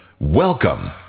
Welcome